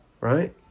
Right